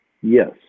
Yes